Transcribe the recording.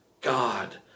God